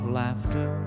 laughter